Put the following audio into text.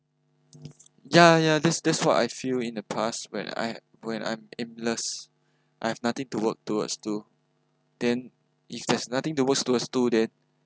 yeah yeah that's that's what I feel in the past when I when I'm aimless I have nothing to work towards to then if there's nothing to works towards to then